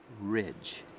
Ridge